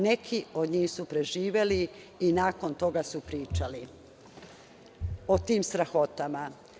Neki od njih su preživeli i nakon toga su pričali o tim strahotama.